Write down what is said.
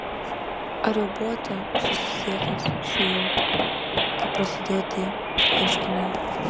ar jau buvote susisiekęs su juo kai prasidėjo tie ieškiniai